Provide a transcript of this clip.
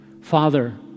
Father